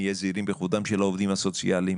נהיה זהירים בכבודם של העובדים הסוציאליים